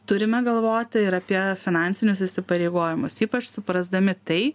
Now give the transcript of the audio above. turime galvoti ir apie finansinius įsipareigojimus ypač suprasdami tai